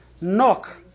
knock